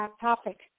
topic